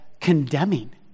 condemning